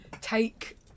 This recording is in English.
take